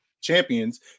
champions